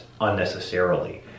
unnecessarily